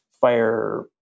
fire